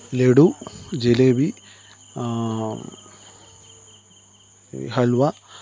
laddu jalebi halwa